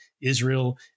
Israel